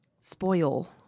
Spoil